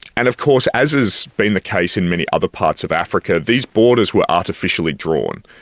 and of course, as has been the case in many other parts of africa, these borders were artificially drawn,